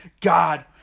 God